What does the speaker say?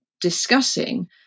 discussing –